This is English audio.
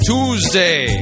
Tuesday